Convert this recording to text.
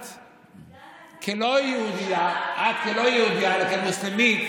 את, כלא-יהודייה, כמוסלמית,